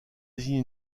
désigner